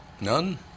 None